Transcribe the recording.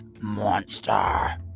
Monster